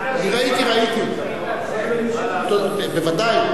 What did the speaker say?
ראיתי, ראיתי אותה, בוודאי.